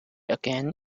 again